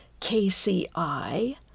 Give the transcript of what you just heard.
KCI